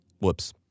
whoops